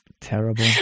Terrible